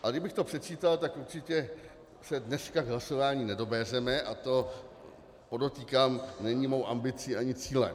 A kdybych to předčítal, tak určitě se dneska k hlasování nedobéřeme, a to, podotýkám, není mou ambicí ani cílem.